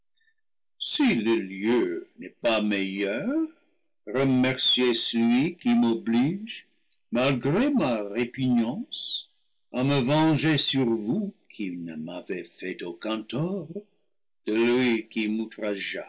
si le lieu n'est pas meilleur remerciez celui qui m'oblige malgré ma répugnance à me venger sur vous qui ne m'avez fait aucun tort de